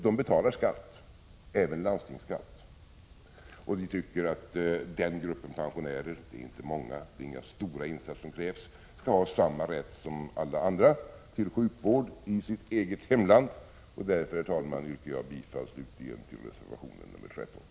De betalar skatt, även landstingsskatt, och vi tycker att den gruppen pensionärer — det är inte många, och det är inga stora insatser som krävs — skall ha samma rätt som alla andra till sjukvård i sitt eget hemland. Därför, herr talman, yrkar jag bifall till reservation nr 13.